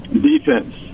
Defense